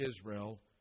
Israel